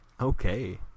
Okay